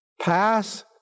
Pass